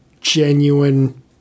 genuine